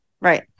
right